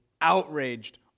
outraged